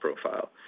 profile